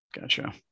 Gotcha